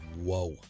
Whoa